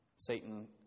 Satan